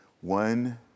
one